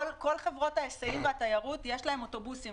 לכל חברות ההיסעים והתיירות יש אוטובוסים.